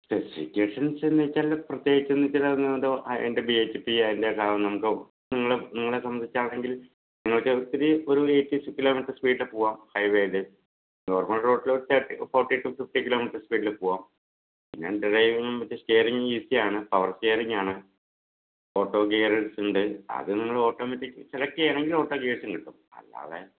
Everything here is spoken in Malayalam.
ചില സിറ്റ്വേഷൻസ് എന്ന് വെച്ചാൽ പ്രത്യേകിച്ച് എന്നു വെച്ചാല് അതിൻ്റെ എന്തോ ആ അതിന്റെ ബി എച്ച് പി അതിൻ്റെ കളർ നമുക്ക് നിങ്ങളെ നിങ്ങളെ സംബന്ധിച്ചാണെങ്കിൽ നിങ്ങൾക്ക് ഇത്തിരി ഒരു എയ്റ്റി കിലോമീറ്റർ സ്പീഡിൽ പോവാം ഹൈവേയിൽ നോർമൽ റോഡിൽ ഒരു thirty forty to fifty kilometre സ്പീഡിൽ പോവാം പിന്നെ ഡ്രൈവിങ്ങും മറ്റേ സ്റ്റിയറിങ്ങും ഈസി ആണ് പവർ സ്റ്റിയറിങ്ങാണ് ഓട്ടോ ഗിയർ ഇട്ടിട്ടുണ്ട് അത് നിങ്ങൾ ഓട്ടോമാറ്റിക്ക് സെലക്ട് ചെയ്യുകയാണെങ്കിൽ ഓട്ടോ ഗിയർസും കിട്ടും അല്ലാതെ